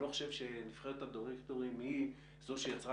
אני לא חושב שנבחרת הדירקטורים היא זו שיצרה